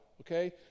okay